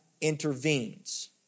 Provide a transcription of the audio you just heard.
intervenes